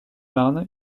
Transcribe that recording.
marne